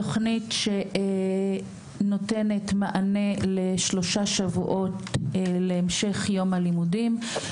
תוכנית שנותנת מענה לשלושה שבועות להמשך יום הלימודים.